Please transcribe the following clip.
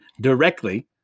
directly